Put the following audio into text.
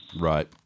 Right